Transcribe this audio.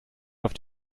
auf